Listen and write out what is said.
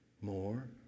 more